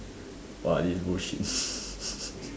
!wah! this is bullshit